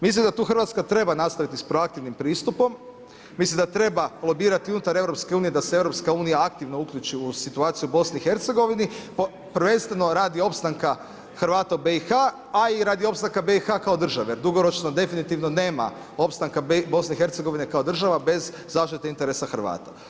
Mislim da tu Hrvatska treba nastaviti s proaktivnim pristupom, mislim da treba lobirati unutar EU da se EU aktivno uključi u situaciju u BiH, prvenstveno radi opstanka Hrvata u BiH, a i radi opstanka BiH kao države, dugoročno definitivno nema opstanka BiH kao države bez zaštite interesa Hrvata.